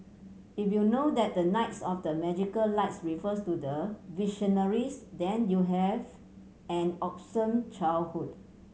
if you know that the knights of the magical lights refers to the Visionaries then you have an awesome childhood